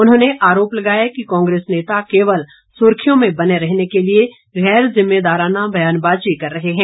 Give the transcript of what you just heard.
उन्होंने आरोप लगाया कि कांग्रेस नेता केवल सुर्खियों में बने रहने के लिए गैर जिम्मेदाराना व्यानबाजी कर रहे हैं